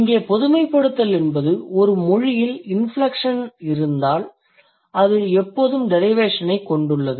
இங்கே பொதுமைப்படுத்தல் என்பது ஒரு மொழியில் இன்ஃப்லெக்ஷன் இருந்தால் அது எப்போதும் டிரைவேஷன் ஐக் கொண்டுள்ளது